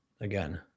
again